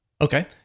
Okay